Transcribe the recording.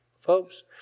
Folks